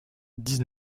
dix